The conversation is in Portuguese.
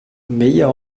meia